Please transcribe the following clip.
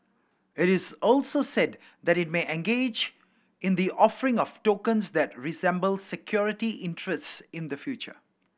it is also said that it may engage in the offering of tokens that resemble security interests in the future